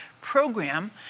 program